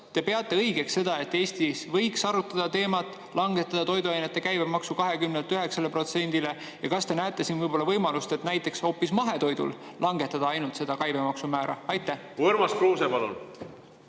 te peate õigeks seda, et Eestis võiks arutada teemat langetada toiduainete käibemaksu 20-lt 9%‑le, ja kas te näete siin võimalust, et näiteks hoopis mahetoidul langetada seda käibemaksumäära? Aitäh, hea istungi